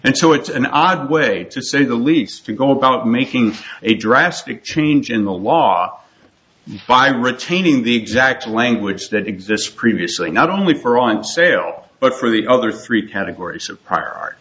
and so it's an odd way to say the least to go about making a drastic change in the law by retaining the exact language that exists previously not only for on sale but for the other three categories of prior ar